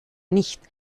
nicht